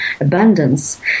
abundance